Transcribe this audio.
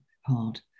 hard